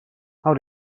how